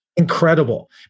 Incredible